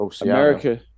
America